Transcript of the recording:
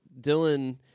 Dylan